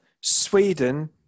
Sweden